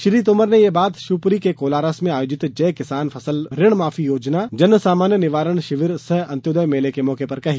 श्री तोमर ने यह बात शिवपुरी जिले के कोलारस में आयोजित जय किसान फसल ऋण माफी योजना जनसमस्या निवारण शिविर सहअंत्योदय मेले के मौके पर कही